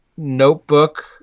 notebook